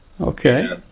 Okay